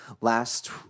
last